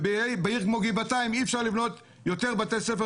בעיר כמו גבעתיים אי אפשר לבנות יותר בתי ספר